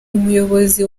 umuyobozi